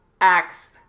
Axe